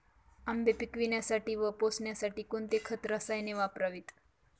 आंबे पिकवण्यासाठी व पोसण्यासाठी कोणते खत व रसायने वापरावीत?